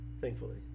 Thankfully